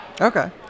Okay